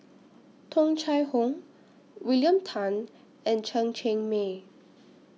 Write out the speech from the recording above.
Tung Chye Hong William Tan and Chen Cheng Mei